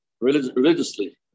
religiously